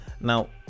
Now